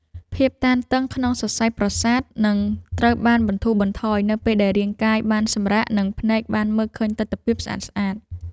ភាពតានតឹងក្នុងសរសៃប្រសាទនឹងត្រូវបានបន្ធូរបន្ថយនៅពេលដែលរាងកាយបានសម្រាកនិងភ្នែកបានមើលឃើញទិដ្ឋភាពស្អាតៗ។